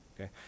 okay